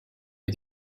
les